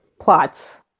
plots